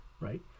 right